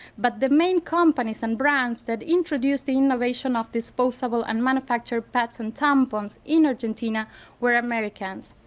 but the main companies and brands that introduced the innovation of disposable and manufactured pads and tampons in argentina were americans.